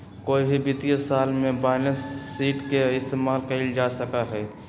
कोई भी वित्तीय साल में बैलेंस शीट के इस्तेमाल कइल जा सका हई